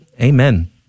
amen